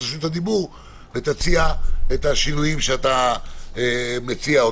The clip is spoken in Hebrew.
רשות הדיבור ותציע את השינויים שאתה מציע,